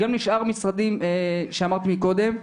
גם לשאר המשרדים שאמרתי קודם,